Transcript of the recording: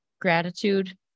Gratitude